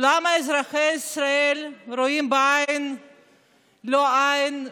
למה אזרחי ישראל לא רואים עין בעין איתכם,